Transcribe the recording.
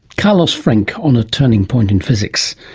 carlos frenk, on a turning point in physics,